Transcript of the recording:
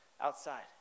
outside